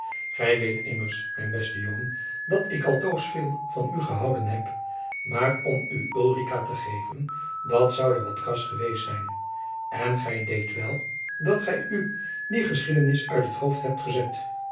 gij weet immers mijn beste jongen dat ik altoos veel van u gehouden heb maar om u ulrica te geven dat zoude wat kras geweest zijn en gij deedt wel dat gij u die geschiedenis uit het hoofd hebt gezet